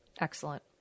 Excellent